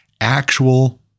actual